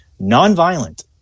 Nonviolent